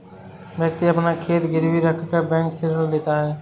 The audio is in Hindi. व्यक्ति अपना खेत गिरवी रखकर बैंक से ऋण लेता है